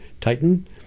Titan